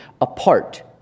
apart